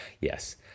Yes